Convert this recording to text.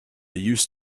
used